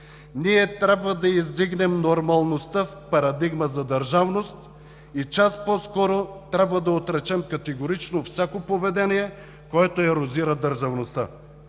Ние трябва да издигнем нормалността в парадигма за държавност и час по-скоро трябва да отречем категорично всяко поведение, което ерозира държавността.